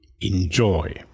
Enjoy